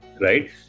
right